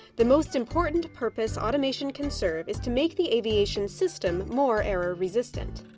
the most important purpose automation can serve is to make the aviation system more error resistant.